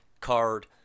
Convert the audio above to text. card